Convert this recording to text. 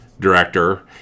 Director